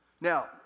Now